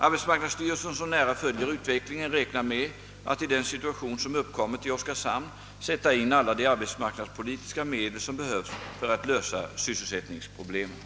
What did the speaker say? Arbetsmarknadsstyrelsen, som nära följer utvecklingen, räknar med att i den situation som uppkommit i Oskarshamn sätta in alla de arbetsmarknadspolitiska medel som behövs för att lösa sysselsättningsproblemen.